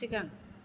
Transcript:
सिगां